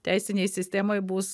teisinėj sistemoj bus